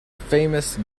famous